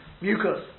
Mucus